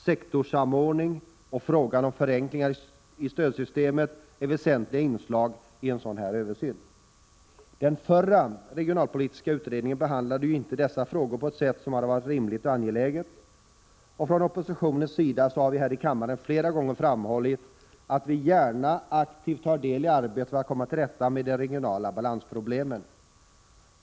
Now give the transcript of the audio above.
Sektorssamordning och förenklingar i stödsystemet är väsentliga inslag i en sådan här översyn. Den förra regionalpolitiska utredningen behandlade inte dessa frågor på ett sätt som hade varit rimligt och angeläget. Från oppositionens sida har vi här i kammaren flera gånger framhållit att vi gärna aktivt tar del i arbetet för att komma till rätta med de regionala balansproblemen.